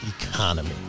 economy